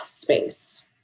Space